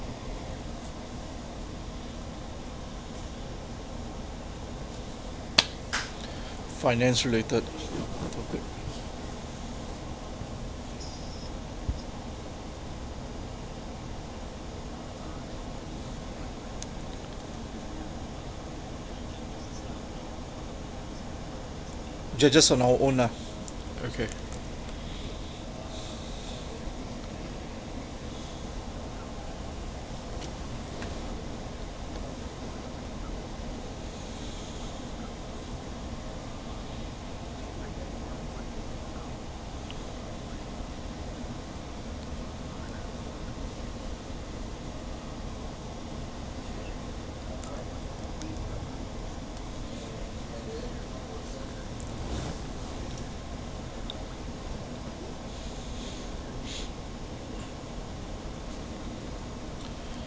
finance related topics just just on our own lah okay